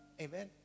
Amen